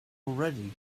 already